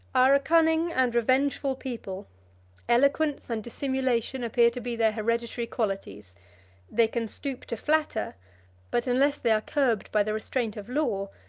are a cunning and revengeful people eloquence and dissimulation appear to be their hereditary qualities they can stoop to flatter but unless they are curbed by the restraint of law,